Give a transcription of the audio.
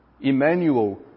Emmanuel